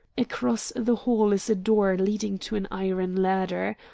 across the hall is a door leading to an iron ladder.